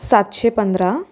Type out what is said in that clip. सातशे पंधरा